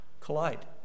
collide